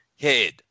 head